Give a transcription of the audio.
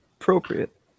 Appropriate